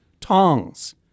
Tongs